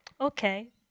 okay